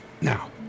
Now